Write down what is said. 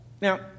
Now